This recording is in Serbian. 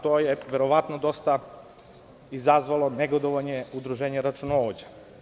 To je verovatno dosta izazvalo negodovanja udruženja računovođa.